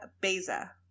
Beza